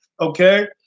Okay